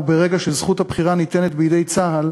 וברגע שזכות הבחירה ניתנת בידי צה"ל,